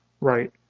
right